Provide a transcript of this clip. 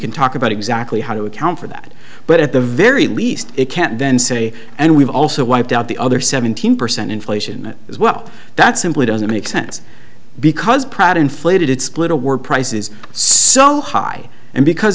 can talk about exactly how to account for that but at the very least it can't then say and we've also wiped out the other seventeen percent inflation as well that simply doesn't make sense because pratt inflated its glitter were prices so high and because